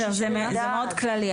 זה מאוד כללי.